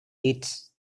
its